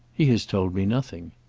he has told me nothing.